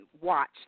watch